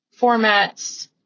formats